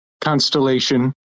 constellation